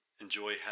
enjoy